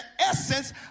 essence